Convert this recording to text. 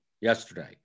yesterday